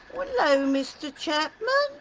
hello mr. chapman!